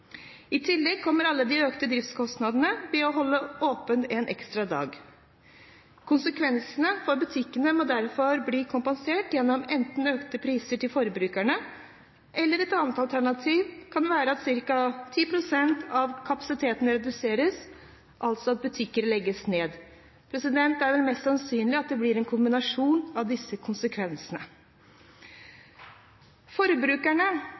I tillegg kommer alle de økte driftskostnadene ved å holde åpent en ekstra dag. Konsekvensene for butikkene må derfor bli kompensert gjennom økte priser til forbrukerne. Et alternativ kan være at ca. 10 pst. av kapasiteten reduseres, altså at butikker legges ned. Det er mest sannsynlig at det blir en kombinasjon av disse konsekvensene. Forbrukerne